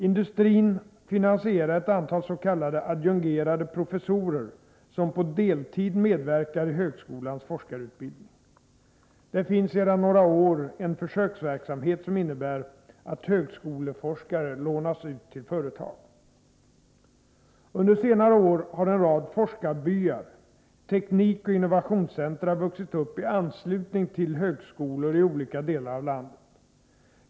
Industrin finansierar ett antal s.k. adjungerade professorer som på deltid medverkar i högskolans forskarutbildning. Det finns sedan några år tillbaka en försöksverksamhet som innebär att högskoleforskare lånas ut till företag. Under senare år har en rad forskarbyar, teknikoch innovationscentra vuxit upp i anslutning till högskolor i olika delar av landet.